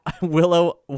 Willow